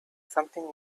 something